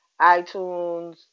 iTunes